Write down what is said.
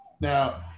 Now